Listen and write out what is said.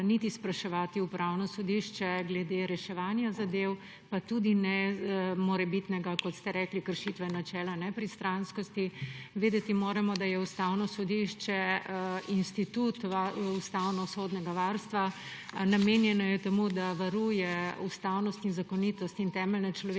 niti spraševati Ustavno sodišče glede reševanja zadev, pa tudi ne morebitnega, kot ste rekli, kršitve načela nepristranskosti. Vedeti moramo, da je Ustavno sodišče institut ustavnosodnega varstva. Namenjeno je temu, da varuje ustavnost in zakonitost in temeljne človekove